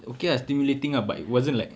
okay ah stimulating ah but it wasn't like